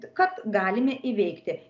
kad galime įveikti